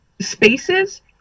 spaces